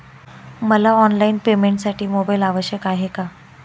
मला ऑनलाईन पेमेंटसाठी मोबाईल आवश्यक आहे का?